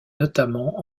notamment